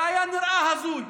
זה היה נראה הזוי,